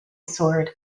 sword